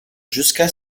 jusqu’à